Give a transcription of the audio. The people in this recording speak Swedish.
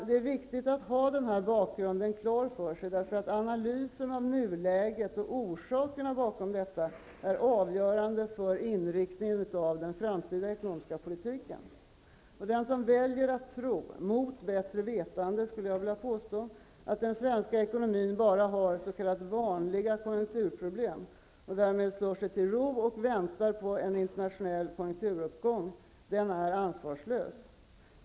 Det är viktigt att ha den här bakgrunden klar för sig, därför att analysen av nuläget och orsakerna till detta är avgörande för inriktningen av den framtida ekonomiska politiken. Den som väljer att tro, mot bättre vetande skulle jag vilja påstå, att den svenska ekonomin bara har s.k. vanliga konjunkturproblem och därmed slår sig till ro och väntar på en internationell konjunkturuppgång är ansvarslös.